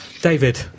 David